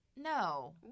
No